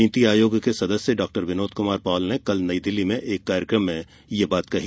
नीति आयोग के सदस्य डॉक्टर विनोद कुमार पॉल ने कल नयी दिल्ली में एक कार्यक्रम में यह बात कही